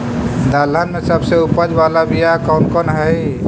दलहन में सबसे उपज बाला बियाह कौन कौन हइ?